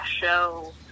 show